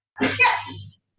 yes